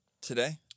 Today